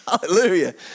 Hallelujah